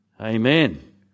Amen